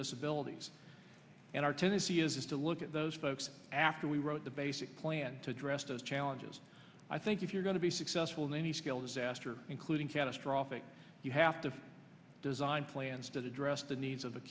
disabilities and our tendency is to look at those folks after we wrote the basic plan to address those challenges i think if you're going to be successful in any scale disaster including catastrophic you have to design plans that address the needs of the